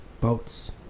boats